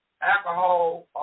alcohol